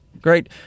Great